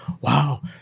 wow